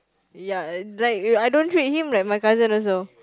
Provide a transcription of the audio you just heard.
ya and like I don't treat him like my cousin also